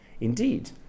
Indeed